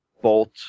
bolt